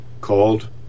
called